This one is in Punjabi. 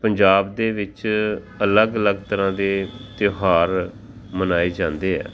ਪੰਜਾਬ ਦੇ ਵਿੱਚ ਅਲੱਗ ਅਲੱਗ ਤਰ੍ਹਾਂ ਦੇ ਤਿਉਹਾਰ ਮਨਾਏ ਜਾਂਦੇ ਆ